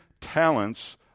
talents